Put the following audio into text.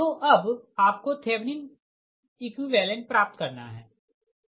तो अब आपको थेवनिन एकुईवेलेंट प्राप्त करना है